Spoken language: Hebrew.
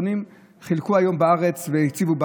אנחנו יושבים בוועדת החוקה, אנחנו רואים את